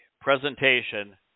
presentation